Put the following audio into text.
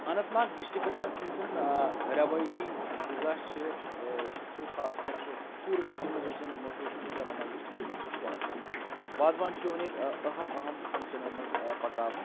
اننت Nag districts منٛز یم زَن رٮ۪وٲیتۍ غذا چھِ سُہ چھُ خاص کر چھُ پوٗرٕ کٔشیٖرِ منٛز یُس زن مہشوٗر چھُ سُہ چھِ اننت ناگ ڈسٹرکس منٛز تہِ سُہ چھُ وازٕوان وازٕوان چھُ یِوان ییٚتہِ اہم اہم فنگشَنن منٛز پَکاونہٕ